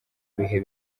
bihe